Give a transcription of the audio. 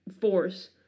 force